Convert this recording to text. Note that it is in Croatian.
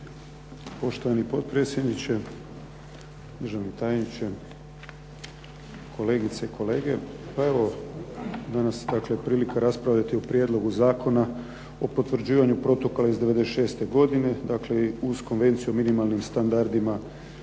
Poštovani potpredsjedniče, državni tajniče, kolegice i kolege. Danas je dakle prilika raspravljati o prijedlogu zakona o potvrđivanju protokola iz 96. uz Konvenciju o minimalnim standardima